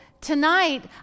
tonight